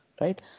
right